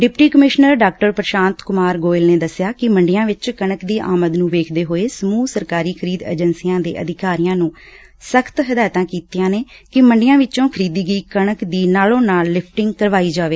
deputy commissioner ਡਾ ਪ੍ਰਸ਼ਾਤ ਕੁਮਾਰ ਗੋਇਲ ਨੇ ਦਸਿਆ ਕਿ ਮੰਡੀਆਂ ਵਿਚ ਕਣਕ ਦੀ ਆਮਦ ਨੂੰ ਵੇਖਦਿਆ ਸਾਰੇ ਸਰਕਾਰੀ ਖਰੀਦ ਏਜੰਸੀਆਂ ਦੇ ਅਧਿਕਾਰੀਆਂ ਨੂੰ ਸਖ਼ਤ ਹਦਾਇਤਾਂ ਕੀਤੀਆਂ ਨੇ ਕਿ ਮੰਡੀਆ ਵਿਚ ਖਰੀਦੀ ਗਈ ਕਣਕ ਦੀ ਨਾਲੋ ਨਾਲੋ ਲਿਫਟਿੰਗ ਕਰਵਾਈ ਜਾਵੇ